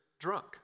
drunk